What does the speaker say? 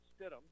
Stidham